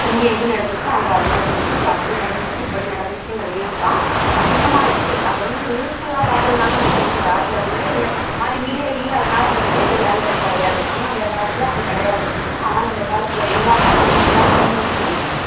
இங்கே இது நடந்துச்சு அங்கே அது நடந்துச்சு இது அப்படி நடந்துச்சு இப்படி நடந்துச்சுங்கிற நியூஸ் தான் அதிகமாக இருக்கு அதை வந்து நம்ம நியூஸில் பாக்கிறதால நமக்கு தெரியுதா இல்லை முன்னாடியே வந்து அந்தமாதிரி மீடியா இல்லை அதனால நமக்கு தெரியலையாங்கிறது கிடையாது ஆனால் அந்த காலத்தில் அப்படி கிடையாது ஆனால் இந்த காலத்தில் எல்லா பசங்களும் எல்லா பொண்ணுங்களும்